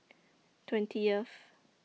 twentieth